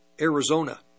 Arizona